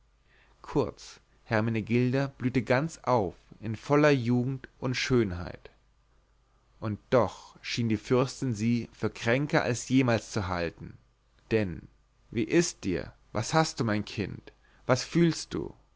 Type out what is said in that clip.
kurz hermenegilda blühte ganz auf in voller jugend und schönheit und doch schien die fürstin sie für kränker als jemals zu halten denn wie ist dir was hast du mein kind was fühlst du